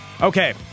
Okay